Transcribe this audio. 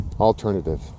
alternative